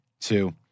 two